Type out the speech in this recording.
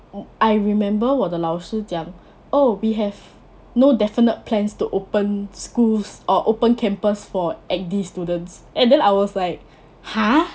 oh I remember 我的老师讲 oh we have no definite plans to open schools or open campus for N_P students and then I was like !huh!